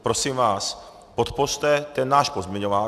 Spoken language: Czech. Prosím vás, podpořte ten náš pozměňovák.